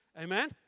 Amen